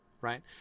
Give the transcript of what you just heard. right